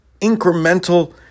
incremental